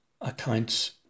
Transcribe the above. accounts